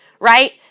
right